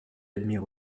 admire